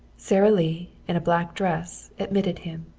sara lee, in a black dress, admitted him.